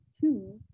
two